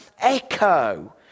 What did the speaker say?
echo